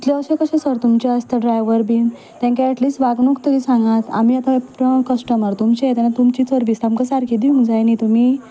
इतलें अशें कशें सर तुमचें आसता ड्रायव्हर बीन तेंकां एटलिस्ट वागणूक तरी सांगां आमी आतां कस्टमर तुमचें तेन्ना तुमची सरवीस आमकां सारकी दिवंक जाय न्ही तुमी हा